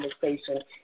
conversation